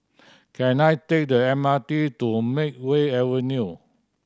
can I take the M R T to Makeway Avenue